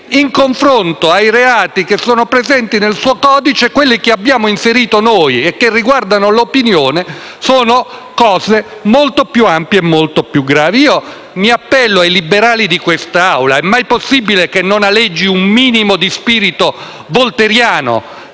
in confronto ai reati che sono presenti nel suo codice, quelli che abbiamo inserito noi e che riguardano l'opinione sono molto più ampi e molto più pesanti. Io mi appello ai liberali presenti in quest'Aula. È mai possibile che non aleggi un minimo di spirito voltairiano